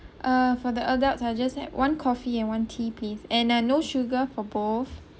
uh for the adults I'll just have one coffee and one tea please and uh no sugar for both